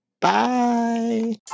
Bye